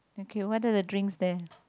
okay what are the drinks there